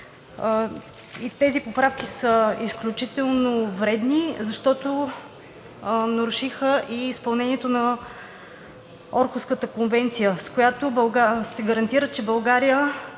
Тези поправки са изключително вредни, защото нарушиха и изпълнението на Орхуската конвенция, с която се гарантира, че в България